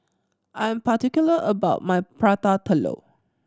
I'm particular about my Prata Telur